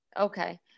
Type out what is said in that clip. Okay